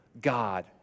God